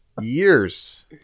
years